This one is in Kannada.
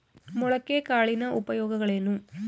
ಮೊಳಕೆ ಕಾಳಿನ ಉಪಯೋಗಗಳೇನು?